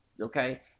okay